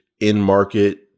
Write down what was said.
in-market